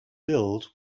filled